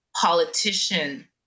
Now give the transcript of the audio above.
politician